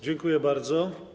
Dziękuję bardzo.